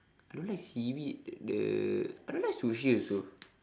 I don't like seaweed the I don't like sushi also